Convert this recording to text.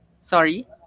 Sorry